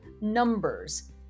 numbers